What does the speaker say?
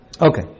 Okay